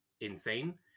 insane